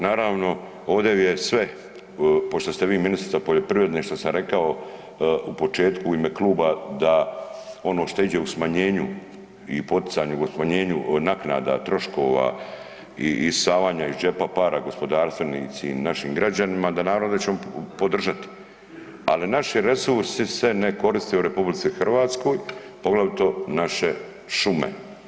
Naravno ovdje je sve, pošto ste vi ministrica poljoprivrede što sam rekao u početku u ime kluba da ono što iđe u smanjenju i poticanju, u smanjenju naknada troškova i isisavanja iz džepa para gospodarstvenica i našim građanima da naravno da ćemo podržati, ali naši resursi se ne koriste u RH poglavito naše šume.